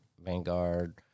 Vanguard